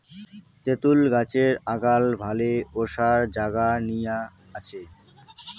তেতুল গছের আগাল ভালে ওসার জাগা নিয়া আছে